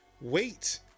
wait